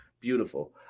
beautiful